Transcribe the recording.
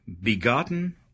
Begotten